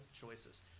choices